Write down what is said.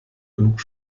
genug